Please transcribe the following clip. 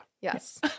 yes